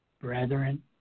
brethren